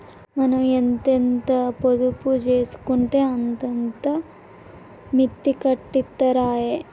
మనం ఎంతెంత పొదుపు జేసుకుంటే అంతంత మిత్తి కట్టిత్తరాయె